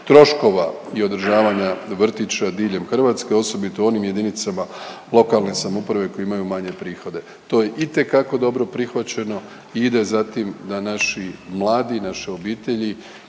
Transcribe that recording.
troškova i održavanja vrtića diljem Hrvatske osobito u onim jedinicama lokalne samouprave koje imaju manje prihode. To je itekako dobro prihvaćeno i ide za tim da naši mladi i naše obitelji